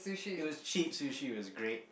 it was cheap sushi it was great